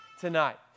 tonight